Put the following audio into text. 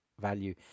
value